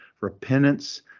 repentance